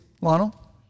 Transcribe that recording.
Lionel